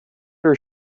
her